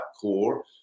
core